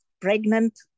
pregnant